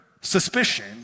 suspicion